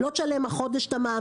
לא תשלם החודש את המע"מ,